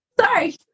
Sorry